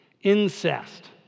Incest